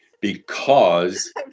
because-